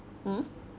mm